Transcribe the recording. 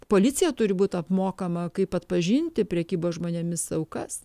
policija turi būt apmokama kaip atpažinti prekybos žmonėmis aukas